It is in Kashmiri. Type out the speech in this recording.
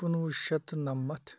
کُنوُہ شیٚتھ نَمَتھ